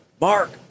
Mark